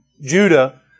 Judah